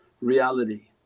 reality